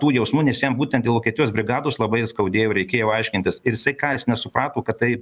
tų jausmų nes jam būtent dėl vokietijos brigados labai skaudėjo reikėjo aiškintis ir jisai ką jis nesuprato kad tai